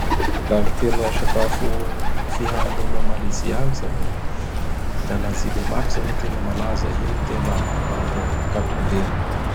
La gn tena sakafo fihanin'olo a Malaizy agny zao o Da Nazilemak zao gn tena malaza; io gn tena hoanindreo am ankapobeny.